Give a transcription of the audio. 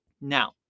now